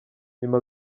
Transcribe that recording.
nyuma